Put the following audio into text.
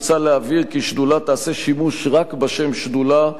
מוצע להבהיר כי שדולה תעשה שימוש רק בשם "שדולה",